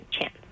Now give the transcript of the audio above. chance